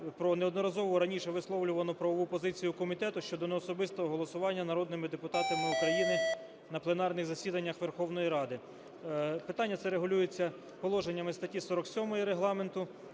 про неодноразово раніше висловлювану правову позицію комітету щодо неособистого голосування народними депутатами України на пленарних засіданнях Верховної Ради. Питання це регулюється положеннями статті 47 Регламенту.